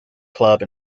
club